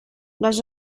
les